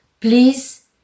Please